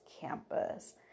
campus